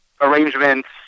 arrangements